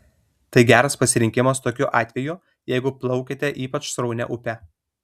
tai geras pasirinkimas tokiu atveju jeigu plaukiate ypač sraunia upe